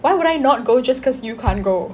why would I not go just cause you can't go